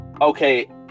Okay